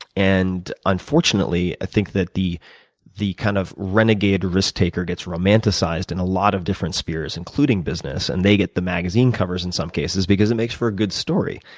and unfortunately, i think that the the kind of renegade risk taker gets romanticized in a lot of different spheres including business, and they get the magazine covers in some cases because it makes for a good story.